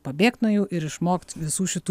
pabėgt nuo jų ir išmokt visų šitų